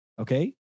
Okay